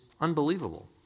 unbelievable